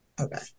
Okay